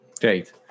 Great